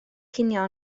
cinio